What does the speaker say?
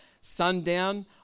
sundown